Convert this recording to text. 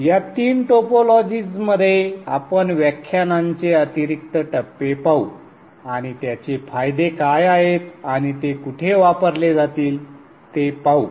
या तीन टोपोलॉजीजमध्ये आपण व्याख्यानांचे अतिरिक्त टप्पे पाहू आणि त्यांचे फायदे काय आहेत आणि ते कुठे वापरले जातील ते पाहू